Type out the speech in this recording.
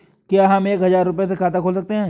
क्या हम एक हजार रुपये से खाता खोल सकते हैं?